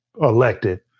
elected